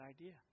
idea